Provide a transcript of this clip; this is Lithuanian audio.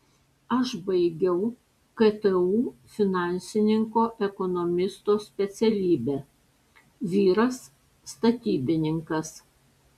aš baigiau ktu finansininko ekonomisto specialybę vyras statybininkas